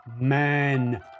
Man